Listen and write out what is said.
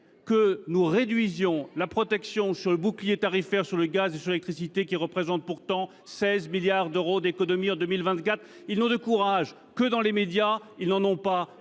que nous réduisions la protection sur le bouclier tarifaire, sur le gaz comme sur l’électricité, qui représente pourtant 16 milliards d’euros d’économie en 2024. Ils n’ont de courage que dans les médias, ils n’en ont pas